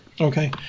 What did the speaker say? Okay